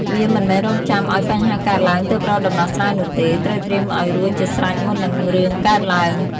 វាមិនមែនរង់ចាំឱ្យបញ្ហាកើតឡើងទើបរកដំណោះស្រាយនោះទេ ត្រូវត្រៀមឲ្យរួចជាស្រេចមុននិងរឿងកើតឡើង។